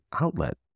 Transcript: outlet